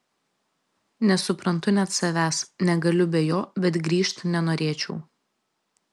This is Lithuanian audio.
nesuprantu net savęs negaliu be jo bet grįžt nenorėčiau